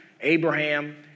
Abraham